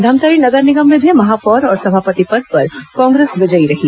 धमतरी नगर निगम में भी महापौर और सभापति पद पर कांग्रेस विजयी रही